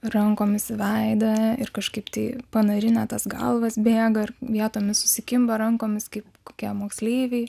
rankomis veidą ir kažkaip tai panarinę tas galvas bėga ir vietomis susikimba rankomis kaip kokie moksleiviai